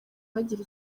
bagira